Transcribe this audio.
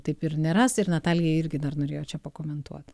taip ir neras ir natalija irgi dar norėjo čia pakomentuot